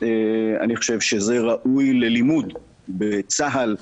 ואני חושב שזה ראוי ללימוד בצה"ל,